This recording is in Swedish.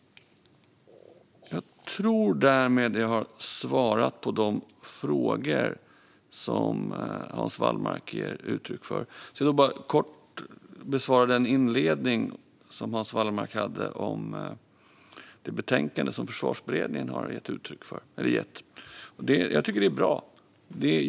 Jag tror att jag därmed har svarat på de Hans Wallmark har ställt. Jag vill kort besvara den inledning som Hans Wallmark hade om betänkandet som Försvarsberedningen har lämnat. Jag tycker att det är bra.